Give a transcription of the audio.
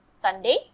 Sunday